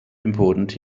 important